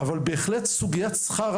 אבל סוגיית השכר,